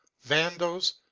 vandals